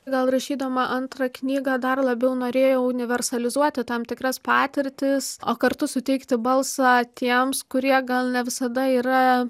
gal rašydama antrą knygą dar labiau norėjau universalizuoti tam tikras patirtis o kartu suteikti balsą tiems kurie gal ne visada yra